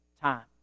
time